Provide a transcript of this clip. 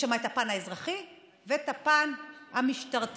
יש שם את הפן האזרחי ואת הפן המשטרתי,